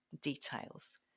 details